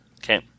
Okay